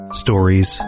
stories